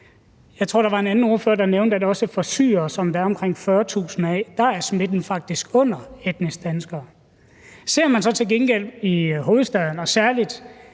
Jeg tror, der var en anden ordfører, der nævnte, at også for syrere, som der er omkring 40.000 af, er smitten faktisk under etniske danskere. Ser man så til gengæld i hovedstaden og særlig